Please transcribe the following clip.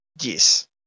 Yes